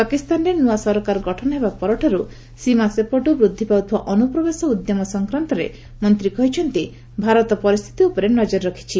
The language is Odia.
ପାକିସ୍ତାନରେ ନୂଆ ସରକାର ଗଠନ ହେବା ପରଠାରୁ ସୀମା ସେପଟୁ ବୃଦ୍ଧି ପାଉଥିବା ଅନୁପ୍ରବେଶ ଉଦ୍ୟମ ସଂକ୍ରାନ୍ତରେ ମନ୍ତ୍ରୀ କହିଛନ୍ତି ଭାରତ ପରିସ୍ଥିତି ଉପରେ ନଜର ରଖିଛି